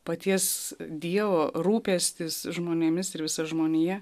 paties dievo rūpestis žmonėmis ir visa žmonija